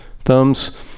thumbs